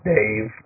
Dave